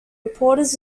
reporters